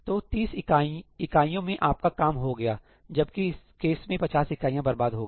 तो 30 इकाइयों में आपका काम हो गया जबकि इस केस में 50 इकाइयां बर्बाद हो गई